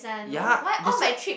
ya that's why